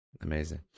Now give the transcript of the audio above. Amazing